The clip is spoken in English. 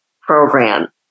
program